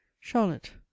charlotte